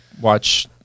watch